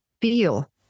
feel